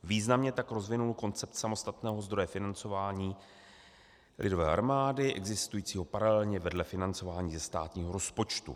Významně tak rozvinul koncept samostatného zdroje financování lidové armády existujícího paralelně vedle financování ze státního rozpočtu.